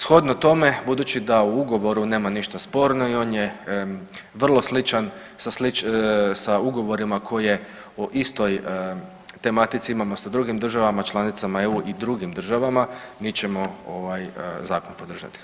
Shodno tome budući da u ugovoru nema ništa sporno i on je vrlo sličan sa ugovorima koje o istoj tematici imamo sa drugim državama članicama EU i drugim državama mi ćemo ovaj zakon podržati.